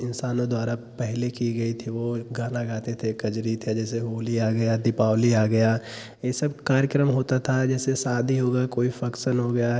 इंसानों द्वारा पहले कि गए थे वह गाना गाते थे कजरी थे जैसे होली आ गया दीपावली आ गया यह सब कार्यक्रम होता था जैसे शादी हो गई कोई फंक्शन हो गया